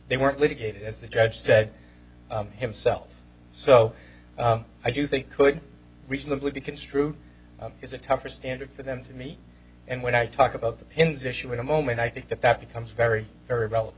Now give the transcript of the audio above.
they weren't litigated as the judge said himself so i do think could reasonably be construed as a tougher standard for them to me and when i talk about the pins issue in a moment i think that that becomes very very